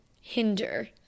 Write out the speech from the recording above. hinder